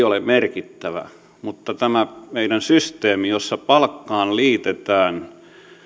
ole merkittävä vaan tämä meidän systeemi jossa palkkaan liitetään